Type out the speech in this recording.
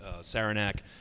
Saranac